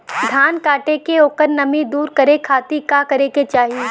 धान कांटेके ओकर नमी दूर करे खाती का करे के चाही?